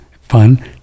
fun